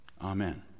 Amen